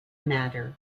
matter